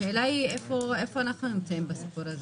איפה אנחנו נמצאים בסיפור הזה?